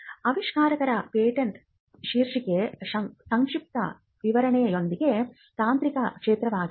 ಆವಿಷ್ಕಾರದ ಪೇಟೆಂಟ್ ಶೀರ್ಷಿಕೆ ಸಂಕ್ಷಿಪ್ತ ವಿವರಣೆಯೊಂದಿಗೆ ತಾಂತ್ರಿಕ ಕ್ಷೇತ್ರವಾಗಿದೆ